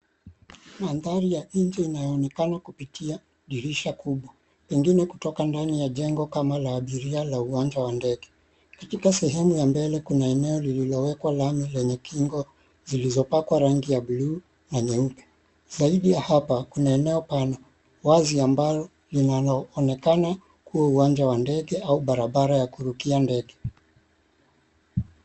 Mandhari ya nje iyooneka kupitia dirisha kubwa. Ingine kutoka ndani ya jengo kama la abiria la uwanja wa ndege. Katika sehemu ya mbele kuna eneo lililowekwa lami lenye kingo zilizopakwa rangi ya buluu na nyeupe. Zaidi ya hapa, kuna eneo pana 𝑤azi ambalo lina𝑙𝑜onekana kuwa uwanja wa ndege au barabara ya kurukia ndege.